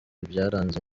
byaranze